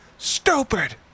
Stupid